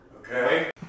Okay